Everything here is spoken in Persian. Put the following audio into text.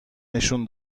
نشون